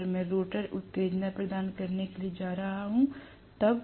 अगर मैं रोटर उत्तेजना प्रदान करने के लिए जा रहा हूँ